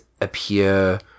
appear